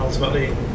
Ultimately